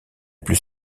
plus